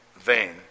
vain